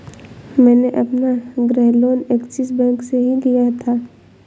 मैंने अपना गृह लोन ऐक्सिस बैंक से ही लिया था